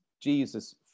Jesus